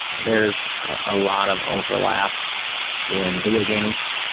there is a lot of overlap in video games.